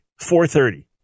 4.30